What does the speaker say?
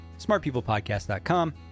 smartpeoplepodcast.com